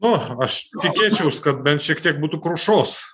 nu aš tikėčiaus kad bent šiek tiek būtų krušos